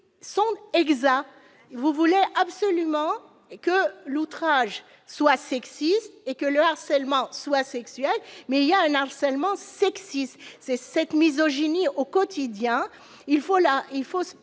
hémicycle. Vous voulez absolument que l'outrage soit sexiste et que le harcèlement soit sexuel, mais il y a aussi un harcèlement sexiste. Cette misogynie au quotidien mérite